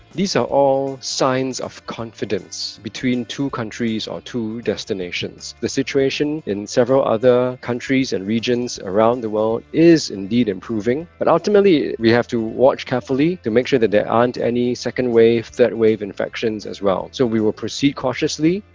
these are all signs of confidence, between two countries or two destinations. the situation in several other countries and regions around the world is indeed improving. but ultimately, we have to watch carefully to make sure that aren't any second wave, third wave infections as well. so we will proceed cautiously.